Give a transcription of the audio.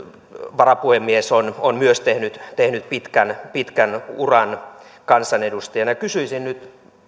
varapuhemies on on tehnyt tehnyt pitkän pitkän uran kansanedustajana kysyisin nyt